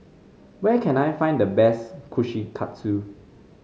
where can I find the best Kushikatsu